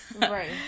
right